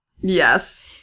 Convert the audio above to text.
Yes